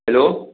hello